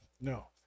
no